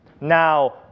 now